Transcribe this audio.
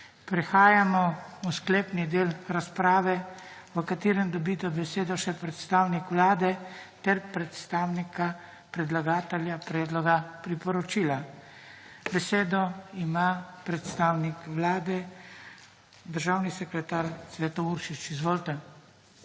Prehajamo v sklepni del razprave, v katerem dobita besedo še predstavnik Vlade ter predstavnika predlagatelja predloga priporočila. Besedo ima predstavnik Vlade, državni sekretar Cveto Uršič. Izvolite.